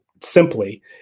simply